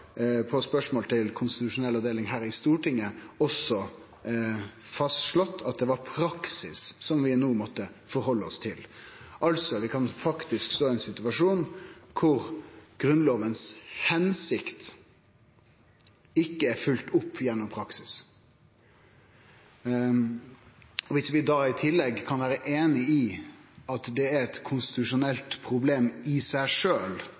på spørsmål til konstitusjonell avdeling her i Stortinget også fastslått at det var ein praksis som vi no måtte halde oss til. Vi kan altså stå i ein situasjon der hensikta til Grunnlova ikkje er følgd opp gjennom praksis. Viss vi i tillegg kan vere einige om at det er eit konstitusjonelt problem i seg